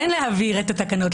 כן להעביר את התקנות,